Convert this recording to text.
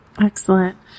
Excellent